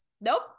Nope